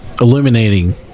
illuminating